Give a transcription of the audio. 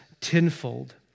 tenfold